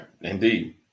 Indeed